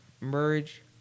merge